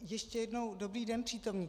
Ještě jednou dobrý den, přítomní.